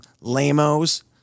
lamos